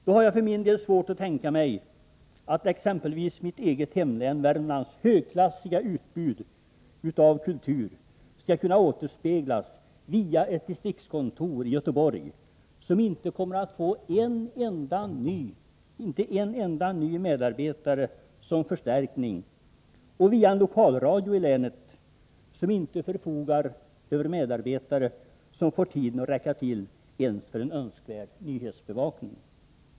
Då har jag för min del svårt att tänka mig att exempelvis mitt eget hemläns, Värmland, högklassiga utbud av kultur skall kunna återspeglas via ett distriktskontor i Göteborg, som inte kommer att få en enda ny medarbetare som förstärkning, och via en lokalradio i länet, som inte förfogar över medarbetare som får tiden att räcka till ens för en önskvärd nyhetsbevakning.